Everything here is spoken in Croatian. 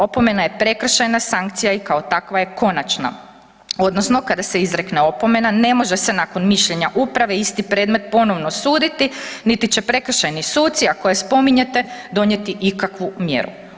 Opomena je prekršajna sankcija i kao takva je konačna, odnosno, kada se izrekne opomena, ne može se nakon mišljenja uprave, isti predmet ponovno suditi, niti će prekršajni suci, a koje spominjete, donijeti ikakvu mjeru.